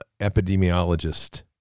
epidemiologist